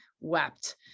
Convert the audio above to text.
wept